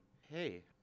hey